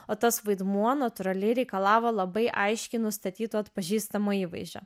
o tas vaidmuo natūraliai reikalavo labai aiškiai nustatyto atpažįstamo įvaizdžio